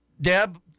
Deb